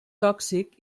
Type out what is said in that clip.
tòxic